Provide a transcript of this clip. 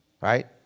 right